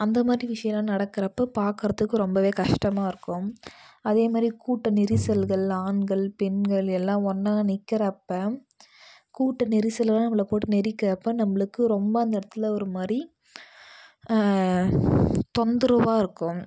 அந்தமாதிரி விஷயலாம் நடக்கிறப்ப பாக்கிறதுக்கு ரொம்ப கஷ்டமாயிருக்கும் அதேமாதிரி கூட்ட நெரிசல்கள் ஆண்கள் பெண்கள் எல்லாம் ஒன்னாக நிற்கிறப்ப கூட்ட நெரிசல்களில் நம்மள போட்டு நெரிக்கிறப்போ நம்மளுக்கு ரொம்ப அந்த இடத்துல ஒரு மாதிரி தொந்தரவாக இருக்கும்